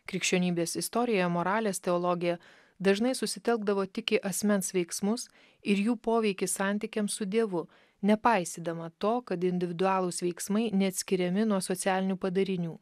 krikščionybės istorija moralės teologija dažnai susitelkdavo tik į asmens veiksmus ir jų poveikį santykiams su dievu nepaisydama to kad individualūs veiksmai neatskiriami nuo socialinių padarinių